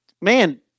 man